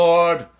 Lord